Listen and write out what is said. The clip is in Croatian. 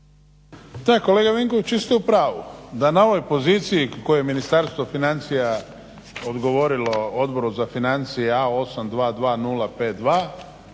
Da kolega Vinkoviću, vi ste u pravu da na ovoj poziciji koje je Ministarstvo financija odgovorilo Odboru za financije A822052